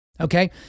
Okay